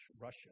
Russia